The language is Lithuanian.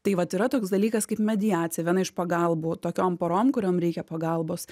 tai vat yra toks dalykas kaip mediacija viena iš pagalbų tokiom porom kuriom reikia pagalbos